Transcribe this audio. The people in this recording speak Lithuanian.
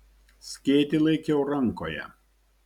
skėtį laikiau rankoje